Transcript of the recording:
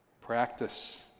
Practice